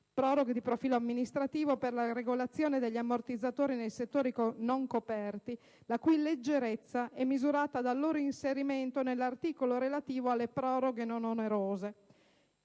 proroghe di profilo amministrativo per la regolazione degli ammortizzatori nei settori non coperti, la cui "leggerezza" è misurata dal loro inserimento nell'articolo relativo alle proroghe non onerose;